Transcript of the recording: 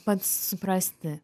pats suprasti